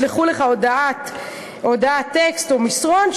ישלחו לך הודעת טקסט או מסרון,